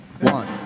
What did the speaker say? One